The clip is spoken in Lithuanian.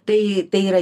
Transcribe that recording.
tai tai yra